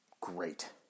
great